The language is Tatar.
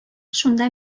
шунда